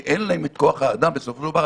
כי אין להם את כוח האדם בסופו של דבר.